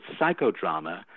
psychodrama